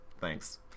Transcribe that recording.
thanks